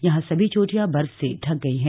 यहां सभी चोटियां बर्फ से ढक गई हैं